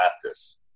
practice